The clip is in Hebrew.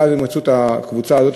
ואז הם מצאו את הקבוצה הזאת,